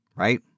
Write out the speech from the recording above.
right